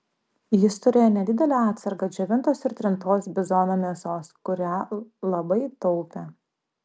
jis turėjo nedidelę atsargą džiovintos ir trintos bizono mėsos kurią labai taupė